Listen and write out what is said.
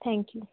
thank you